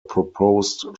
proposed